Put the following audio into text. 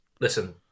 listen